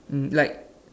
mm like